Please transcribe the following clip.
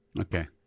okay